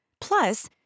Plus